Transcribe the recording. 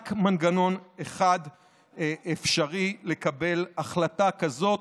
רק מנגנון אחד אפשרי לקבל החלטה כזאת,